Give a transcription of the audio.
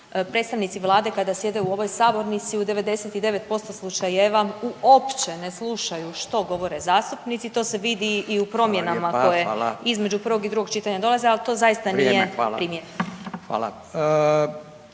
predstavnici Vlade kada sjede u ovoj sabornici u 99% slučajeva uopće ne slušaju što govore zastupnici. To se vidi i u promjenama koje između prvog i drugog čitanja dolaze, ali to zaista nije primjereno.